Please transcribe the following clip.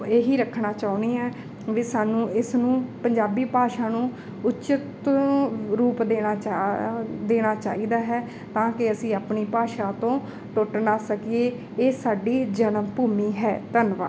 ਇਹ ਹੀ ਰੱਖਣਾ ਚਾਹੁੰਦੀ ਹਾਂ ਵੀ ਸਾਨੂੰ ਇਸ ਨੂੰ ਪੰਜਾਬੀ ਭਾਸ਼ਾ ਨੂੰ ਉਚਿਤ ਰੂਪ ਦੇਣਾ ਚਾਹ ਦੇਣਾ ਚਾਹੀਦਾ ਹੈ ਤਾਂ ਕਿ ਅਸੀਂ ਆਪਣੀ ਭਾਸ਼ਾ ਤੋਂ ਟੁੱਟ ਨਾ ਸਕੀਏ ਇਹ ਸਾਡੀ ਜਨਮ ਭੂਮੀ ਹੈ ਧੰਨਵਾਦ